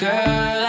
Girl